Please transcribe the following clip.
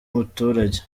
muturage